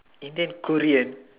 Indian Korean